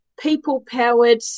people-powered